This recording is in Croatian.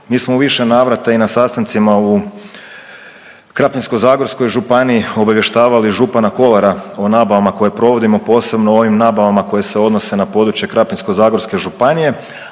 mi smo u više navrata i na sastancima u Krapinsko-zagorskoj županiji obavještavali župana Kolara o nabavama koje provodimo, posebno ovim nabavama koje se odnose na područje Krapinsko-zagorske županije,